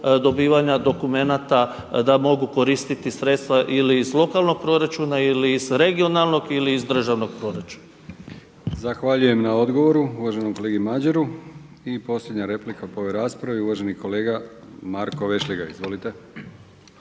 dobivanja dokumenata da mogu koristiti sredstva ili iz lokalnog proračuna ili iz regionalnog ili iz državnog proračuna. **Brkić, Milijan (HDZ)** Zahvaljujem na odgovoru uvaženom kolegi Madjeru. I posljednja replika po ovoj raspravi je uvaženi kolega Marko Vešligaj. Izvolite.